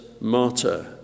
martyr